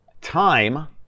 Time